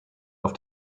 auf